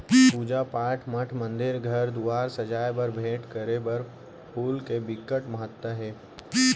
पूजा पाठ, मठ मंदिर, घर दुवार सजाए बर, भेंट करे बर फूल के बिकट महत्ता हे